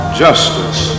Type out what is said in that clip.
justice